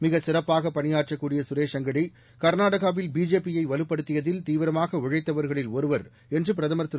மிகச் சிறப்பாக பணியாற்றக்கூடிய சுரேஷ் அங்காடி கர்நாடகாவில் பிஜேபியை வலுப்படுத்தியதில் தீவிரமாக உழைத்தவர்களில் ஒருவர் என்று பிரதமர் திரு